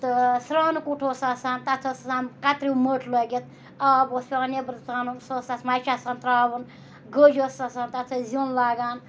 تہٕ سرٛانہٕ کُٹھ اوس آسان تَتھ ٲس آسان کَتریوٗ مٔٹ لٲگِتھ آب اوس پٮ۪وان نیٚبرٕ ژَانُن سۄ ٲس تَتھ مَچہِ آسان ترٛاوُن گٔج ٲس آسان تَتھ ٲسۍ زیُن لاگان